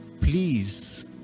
Please